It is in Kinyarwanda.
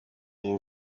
iyi